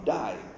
die